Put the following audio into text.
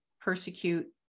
persecute